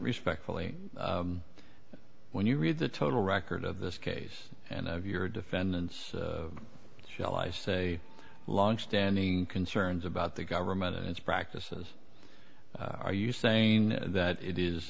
respectfully when you read the total record of this case and your defendants shall i say longstanding concerns about the government and its practices are you saying that it is